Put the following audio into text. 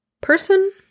person